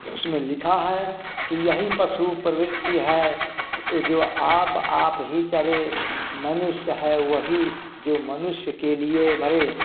उसमें लिखा है कि यही पशु प्रवृति है जो आप आप ही चरे मनुष्य है वही जो मनुष्य के लिए मरे